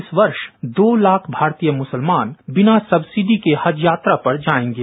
इत वर्ष दो ताख भारतीय मुकल्यन किया तक्सिटी के हज बात्रा पर जाएगे